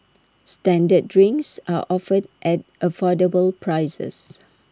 standard drinks are offered at affordable prices